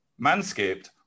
Manscaped